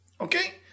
Okay